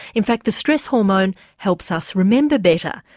in fact the stress hormone helps us remember better.